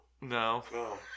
No